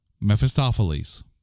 Mephistopheles